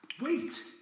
Wait